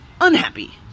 Unhappy